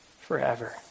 forever